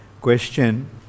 Question